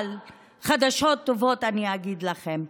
אבל חדשות טובות אני אגיד לכם: